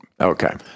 Okay